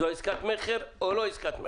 זו עסקת מכר או לא עסקת מכר?